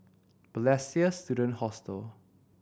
Balestier Student Hostel